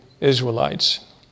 Israelites